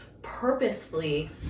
purposefully